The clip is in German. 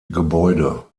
gebäude